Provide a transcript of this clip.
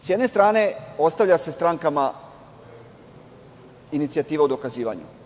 S jedne strane, ostavlja se strankama inicijativa o dokazivanju.